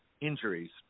injuries